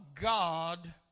God